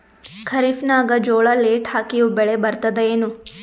ಖರೀಫ್ ನಾಗ ಜೋಳ ಲೇಟ್ ಹಾಕಿವ ಬೆಳೆ ಬರತದ ಏನು?